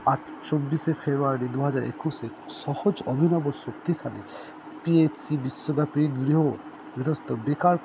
আজ চব্বিশে ফেব্রুয়ারি দু হাজার একুশে সহজ অভিনব শক্তিশালী পি এস সি বিশ্বব্যাপী গৃহ গৃহস্থ বেকার